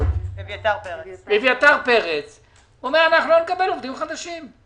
אומר אביתר פרץ: לא נקבל עובדים חדשים.